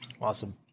awesome